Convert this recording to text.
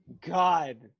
God